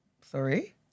sorry